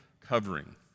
covering